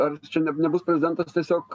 ar čia ne nebus prezidentas tiesiog